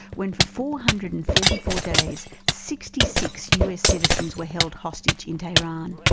when for four hundred and forty four days, sixty six us citizens were held hostage in tehran.